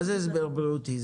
מה זה הסבר בריאותי?